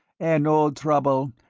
an old trouble,